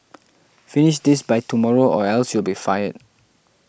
finish this by tomorrow or else you'll be fired